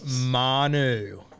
Manu